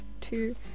two